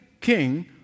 king